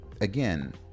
again